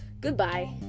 Goodbye